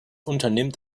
unternimmt